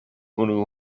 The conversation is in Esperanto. unu